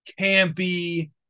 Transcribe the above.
campy